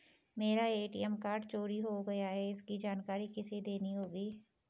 मेरा ATM card चोरी हो गया है इसकी जानकारी किसे देनी होगी?